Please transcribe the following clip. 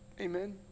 Amen